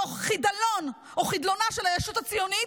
תוך חידלון או חדלונה של הישות הציונית,